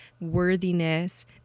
worthiness